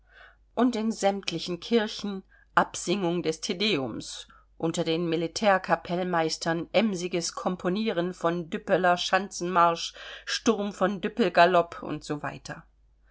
und in sämtlichen kirchen absingung des tedeums unter den militärkapellmeistern emsiges komponieren von düppelerschanzenmarsch sturm von düppel galopp und so weiter